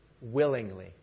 willingly